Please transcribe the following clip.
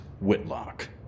whitlock